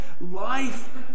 life